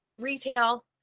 retail